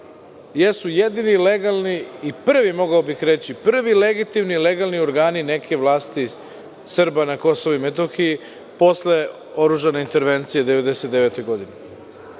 jesu jedini legalni i prvi mogao bih reći, prvi legitimni, legalni organi neke vlasti Srba na Kosovu i Metohiji posle oružane intervencije 1999. godine. Mi